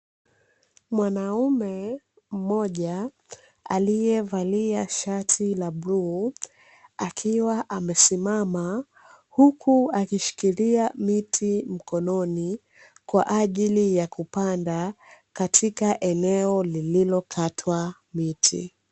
Mwanaume mmoja aliyevalia shati la bluu akiwa amesimama huku akishikilia miti mkononi kwa ajili ya kupanda katika eneo lililokatwa miti.